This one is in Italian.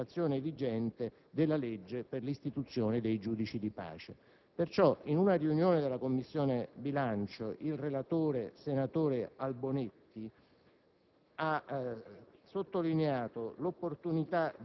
nel suo insieme, che utilizza la copertura a legislazione vigente della legge per l'istituzione dei giudici di pace. Perciò, in una riunione della Commissione bilancio, il relatore senatore Albonetti